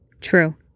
True